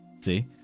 See